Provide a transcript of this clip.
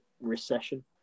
recession